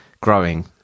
growing